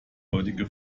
heutige